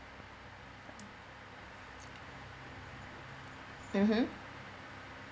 mmhmm